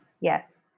yes